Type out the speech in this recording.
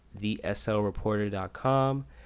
theslreporter.com